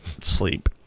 sleep